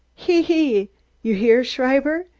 hee-hee! you hear, schreiber?